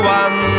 one